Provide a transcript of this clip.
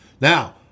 Now